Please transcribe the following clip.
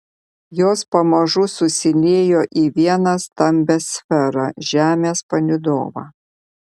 jos pamažu susiliejo į vieną stambią sferą žemės palydovą